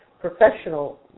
professional